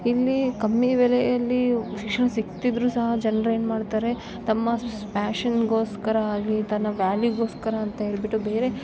ಇಲ್ಲಿ ಕಮ್ಮಿ ಬೆಲೆಯಲ್ಲಿ ಶಿಕ್ಷಣ ಸಿಕ್ತಿದ್ರು ಸಹ ಜನರೇನ್ಮಾಡ್ತಾರೆ ತಮ್ಮ ಸ್ ಫ್ಯಾಶನ್ಗೋಸ್ಕರ ಆಗಿ ತನ್ನ ವ್ಯಾಲುಗೋಸ್ಕರ ಅಂತ ಹೇಳಿಬಿಟ್ಟು ಬೇರೆ